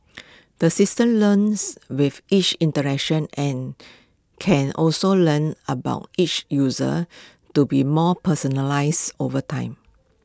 the system learns with each interaction and can also learn about each user to be more personalised over time